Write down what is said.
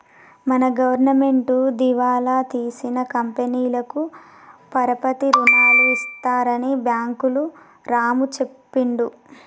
మన గవర్నమెంటు దివాలా తీసిన కంపెనీలకు పరపతి రుణాలు ఇస్తారని బ్యాంకులు రాము చెప్పిండు